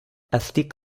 estic